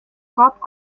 kop